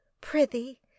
Prithee